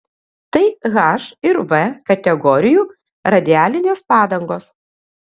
tai h ir v kategorijų radialinės padangos